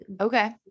okay